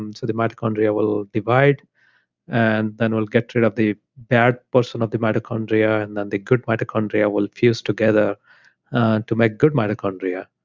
um the mitochondria will divide and then will get rid of the bad portion of the mitochondria. and then the good mitochondria will fuse together to make good mitochondria.